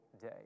day